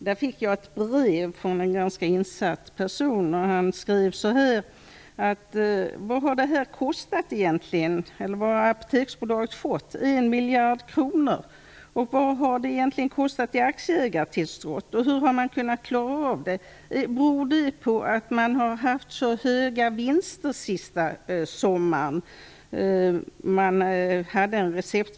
Jag har fått ett brev från en person som är ganska insatt i denna fråga. Han skriver och undrar hur mycket detta egentligen har kostat och hur mycket Apoteksbolaget har fått. 1 miljard kronor? Vad har detta egentligen kostat i aktieägartillskott och hur har man kunnat klara av detta? Beror det på att man har haft så höga vinster den senaste sommaren?